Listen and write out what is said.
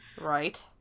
Right